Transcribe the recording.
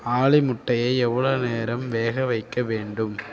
ஆலி முட்டையை எவ்வளோ நேரம் வேக வைக்க வேண்டும்